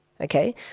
okay